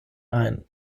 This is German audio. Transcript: ein